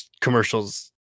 commercials